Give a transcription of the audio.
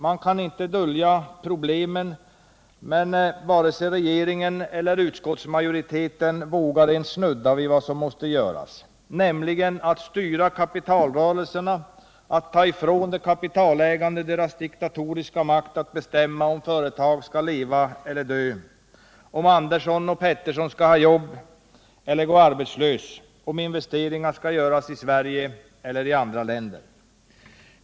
Man kan inte dölja problemen, men vare sig regering eller utskottsmajoritet vågar ens snudda vid vad som måste göras, nämligen att styra kapitalrörelserna, att ta ifrån de kapitalägande deras diktatoriska makt att bestämma om företag skall leva eller dö, om Andersson och Pettersson skall ha jobb eller gå arbetslösa, om investeringar skall göras i Sverige eller i andra länder.